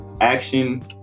Action